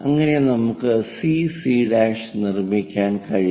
അങ്ങനെ നമുക്ക് CC' CC' നിർമ്മിക്കാൻ കഴിയും